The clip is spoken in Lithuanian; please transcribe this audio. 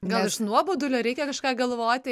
gal iš nuobodulio reikia kažką galvoti